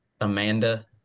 amanda